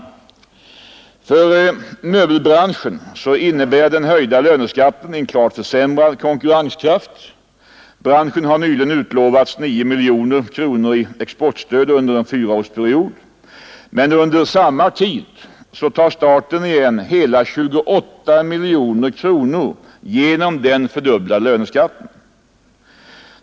För möbelbranschen innebär den höjda löneskatten en klart försämrad konkurrenskraft. Branschen har nyligen utlovats 10 miljoner kronor i stöd under en fyraårsperiod, men under samma tid tar staten igen hela 48 miljoner kronor genom den fördubblade löneskatten.